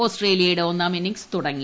ഓസ്ട്രേലിയയുടെ ഒന്നൂറ്റ് ഇന്നിംഗ്സ് തുടങ്ങി